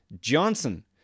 Johnson